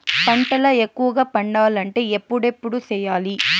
పంటల ఎక్కువగా పండాలంటే ఎప్పుడెప్పుడు సేయాలి?